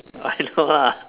I know lah